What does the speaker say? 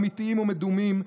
אמיתיים או מדומים,